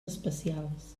especials